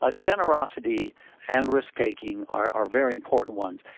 ah generosity and risk taking are are very important ones.